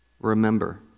remember